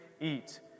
eat